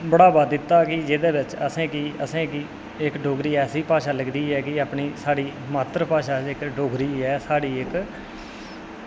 बढ़ावा दित्ता के जेह्दे बिच्च असेंगी इक डोगरी भाशा ऐसी लगदी ऐ कि अपनी मात्तर भाशा डोगरी ऐ साढ़ी इक